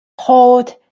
hold